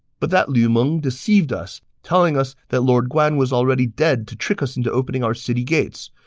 but that lu meng deceived us, telling us that lord guan was already dead to trick us into opening our city gates.